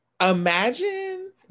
Imagine